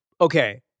okay